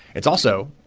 it's also,